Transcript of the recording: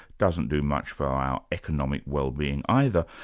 doesn't do much for our our economic wellbeing either,